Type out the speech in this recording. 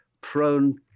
prone